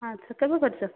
ଆଚ୍ଛା କେବେ କରିଛ